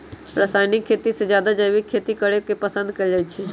रासायनिक खेती से जादे जैविक खेती करे के पसंद कएल जाई छई